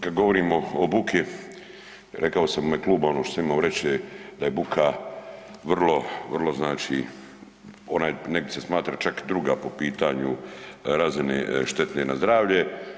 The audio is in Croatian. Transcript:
Kad govorimo o buki, rekao sam u ime kluba ono što sam imao reći je da je buka vrlo, vrlo znači onaj, negdi se smatra čak druga po pitanju razine štetne na zdravlje.